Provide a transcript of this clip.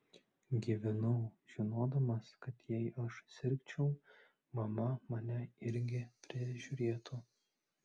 gyvenau žinodamas kad jei aš sirgčiau mama mane irgi prižiūrėtų